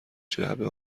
جعبه